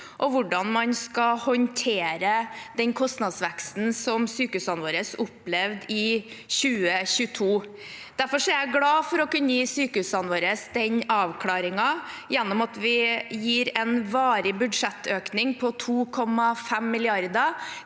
og hvordan man skal håndtere den kostnadsveksten som sykehusene våre opplevde i 2022. Derfor er jeg glad for å kunne gi sykehusene våre den avklaringen gjennom at vi gir en varig budsjettøkning på 2,5 mrd.